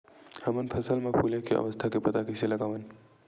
हमन फसल मा फुले के अवस्था के पता कइसे लगावन?